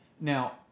Now